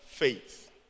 Faith